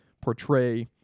portray